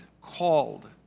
called